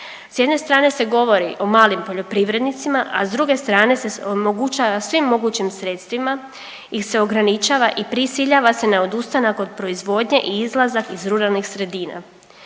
S jedne strane se govori o malim poljoprivrednicima, a s druge strane se omogućava svim mogućim sredstvima ih se ograničava i prisiljava se na odustanak od proizvodnje i izlazak iz ruralnih sredina.